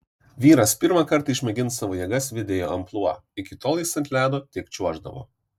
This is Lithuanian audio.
vyras pirmą kartą išmėgins savo jėgas vedėjo amplua iki tol jis ant ledo tik čiuoždavo